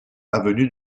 avenue